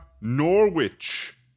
Norwich